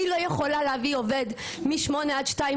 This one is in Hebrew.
אני לא יכולה להביא עובד מ-8:00 עד 14:00